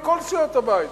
מכל סיעות הבית,